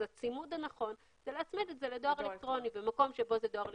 הצימוד הנכון הוא להצמיד את זה לדואר אלקטרוני.